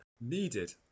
needed